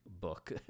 book